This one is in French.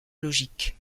logique